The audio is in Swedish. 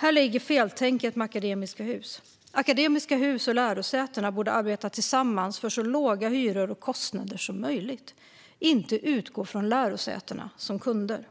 Här ligger feltänket med Akademiska Hus. Akademiska Hus och lärosätena borde arbeta tillsammans för så låga hyror och kostnader som möjligt, inte utgå från lärosätena som kunder.